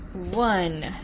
One